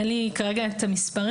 אין לי כרגע את המספרים,